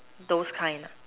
those kind lah